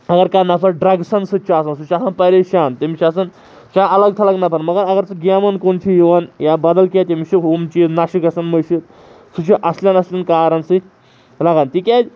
اگر کانٛہہ نَفَر ڈرٛگسن سۭتۍ چھُ آسَان سُہ چھِ آسَان پریشان تٔمِس چھِ آسان چھِ الگ تھلگ نَفَر مگر اگر سُہ گیمَن کُن چھِ یِوَان یا بَدَل کینٛہہ تٔمِس چھِ ہُم چیٖز نَشہِ گژھان مٔشد سُہ چھِ اَصل اَصل کارَن سۭتۍ لَگَان تِکیازِ